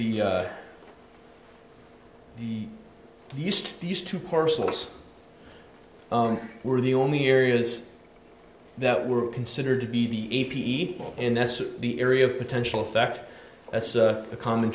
to the east these two parcels were the only areas that were considered to be the e p eat and that's the area of potential effect that's a common